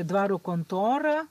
dvaro kontorą